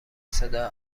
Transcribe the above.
صدا